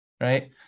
Right